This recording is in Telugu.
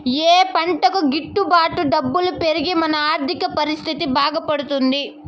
ఏ పంటకు గిట్టు బాటు డబ్బులు పెరిగి మన ఆర్థిక పరిస్థితి బాగుపడుతుంది?